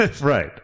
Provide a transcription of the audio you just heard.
right